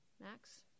max